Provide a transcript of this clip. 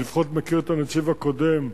אני לפחות מכיר את הנציב הקודם,